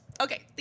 Okay